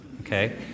okay